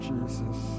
Jesus